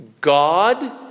God